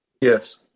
Yes